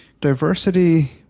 Diversity